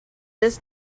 this